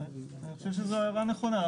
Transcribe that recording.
אני חושב שזו הערה נכונה.